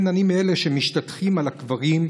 כן, אני מאלה שמשתטחים על הקברים,